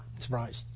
Surprised